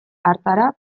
hartara